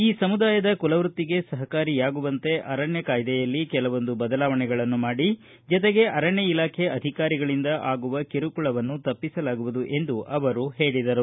ಈ ಸಮುದಾಯದ ಕುಲವೃತ್ತಿಗೆ ಸಹಕಾರಿಯಾಗುವಂತೆ ಅರಣ್ಯ ಕಾಯಿದೆಯಲ್ಲಿ ಕೆಲವೊಂದು ಬದಲಾವಣೆಗಳನ್ನು ಮಾಡಿ ಜೊತೆಗೆ ಅರಣ್ಣ ಇಲಾಖೆ ಅಧಿಕಾರಿಗಳಿಂದ ಆಗುವ ಕಿರುಕುಳವನ್ನು ತಪ್ಪಿಸಲಾಗುವುದು ಎಂದು ಅವರು ಹೇಳಿದರು